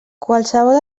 qualsevol